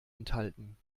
enthalten